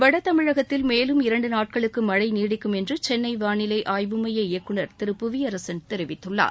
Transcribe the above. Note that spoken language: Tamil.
வடதமிழகத்தில் மேலும் இரண்டு நாட்களுக்கு மழை நீடிக்கும் என்று சென்னை வானிலை ஆய்வு மைய இயக்குனர் திரு புவியரசன் தெரிவித்துள்ளார்